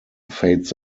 fades